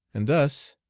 and thus,